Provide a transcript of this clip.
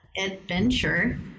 Adventure